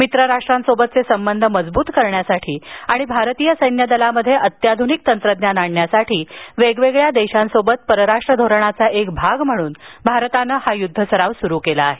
मित्रराष्ट्रांसोबतचे संबंध मजबूत करण्यासाठी आणि भारतीय सैन्यदलात अत्याधुनिक तंत्रज्ञान आणण्यासाठी वेगवेगळ्या देशांसोबत परराष्ट्र धोरणाचा एक भाग म्हणून युद्धसराव अभ्यास सुरू केला आहे